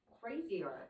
crazier